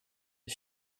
the